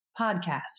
podcast